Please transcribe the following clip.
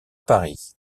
paris